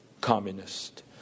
communist